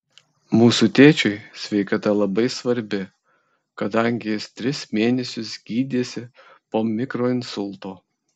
mūsų tėčiui sveikata labai svarbi kadangi jis tris mėnesius gydėsi po mikroinsulto